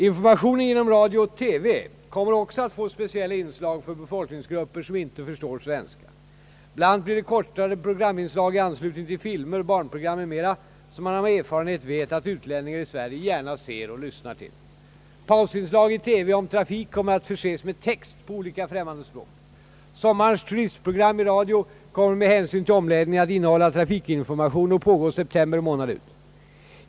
Informationen genom radio och TV kommer också att få speciella inslag för befolkningsgrupper som inte förstår svenska. BL. a. blir det kortare programinslag i anslutning till filmer, barnprogram m.m., som man av erfarenhet vet att utlänningar i Sverige gärna ser och lyssnar till. Pausinslag i TV om trafik kommer att förses med text på olika främmande språk. Sommarens turistprogram i radion kommer med hänsyn till omläggningen att innehålla trafikinformation och pågå september månad ut.